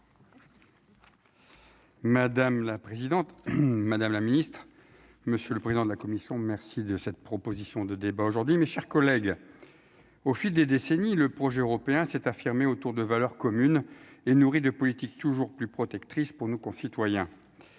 Madame la présidente, madame la ministre, monsieur le président de la commission, merci de cette proposition de débat aujourd'hui, mes chers collègues, au fil des décennies le projet européen s'est affirmée autour de valeurs communes et nourri de politique toujours plus protectrice pour nos concitoyens